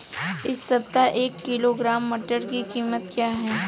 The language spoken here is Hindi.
इस सप्ताह एक किलोग्राम मटर की कीमत क्या है?